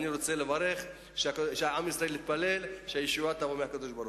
אני רוצה לבקש שעם ישראל יתפלל שהישועה תבוא מהקדוש-ברוך-הוא.